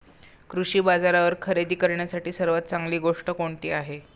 कृषी बाजारावर खरेदी करण्यासाठी सर्वात चांगली गोष्ट कोणती आहे?